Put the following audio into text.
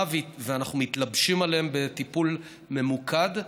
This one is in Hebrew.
ואנחנו מתלבשים עליהם בטיפול ממוקד,